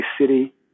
city